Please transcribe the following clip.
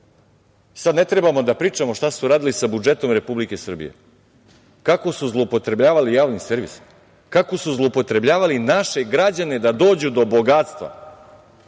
ne trebamo da pričamo šta su uradili sa budžetom Republike Srbije? Kako su zloupotrebljavali javni servis? Kako su zloupotrebljavali naše građane da dođu do bogatstva?